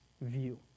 view